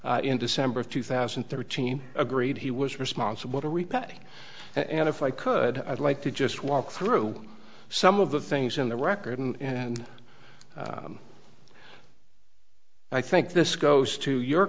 in december of two thousand and thirteen agreed he was responsible to repay and if i could i'd like to just walk through some of the things in the record and i think this goes to your